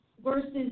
Versus